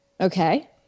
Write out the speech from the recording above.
Okay